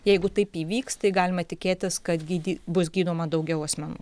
jeigu taip įvyks tai galima tikėtis kad gydi bus gydoma daugiau asmenų